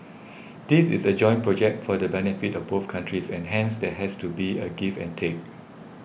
this is a joint project for the benefit of both countries and hence there has to be a give and take